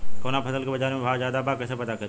कवना फसल के बाजार में भाव ज्यादा बा कैसे पता करि?